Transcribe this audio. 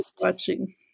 watching